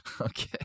Okay